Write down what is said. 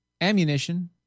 ammunition